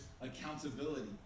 accountability